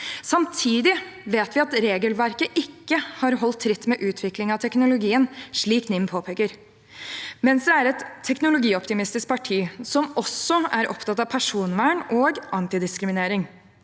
Samtidig vet vi at regelverket ikke har holdt tritt med utviklingen av teknologien, slik NIM påpeker. Venstre er et teknologioptimistisk parti som også er opptatt av personvern og antidiskriminering.